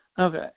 Okay